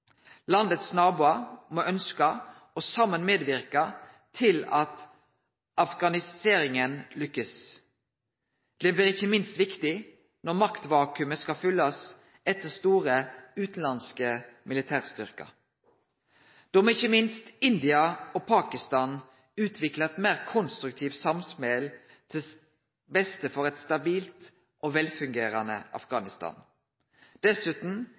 Landets naboar må ønskje og saman medverke til at afghaniseringa lukkast. Dette blir ikkje minst viktig når maktvakuumet skal fyllast etter store utanlandske militærstyrkar. Da må ikkje minst India og Pakistan utvikle eit meir konstruktivt samspel til beste for eit stabilt og godt fungerande Afghanistan.